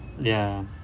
ya